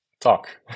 talk